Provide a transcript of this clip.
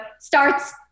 starts